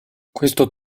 questo